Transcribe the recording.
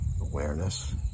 Awareness